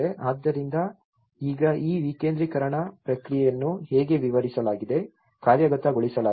ಆದ್ದರಿಂದ ಈಗ ಈ ವಿಕೇಂದ್ರೀಕರಣ ಪ್ರಕ್ರಿಯೆಯನ್ನು ಹೇಗೆ ವಿವರಿಸಲಾಗಿದೆ ಕಾರ್ಯಗತಗೊಳಿಸಲಾಗಿದೆ